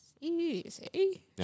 easy